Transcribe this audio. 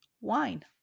Wine